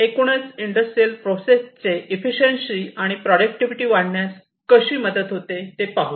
एकूणच industrial process चे efficiency आणि प्रॉटडक्टिविटी वाढवण्यास कशी मदत होते ते पाहू